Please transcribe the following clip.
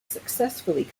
successfully